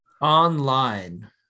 Online